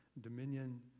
dominion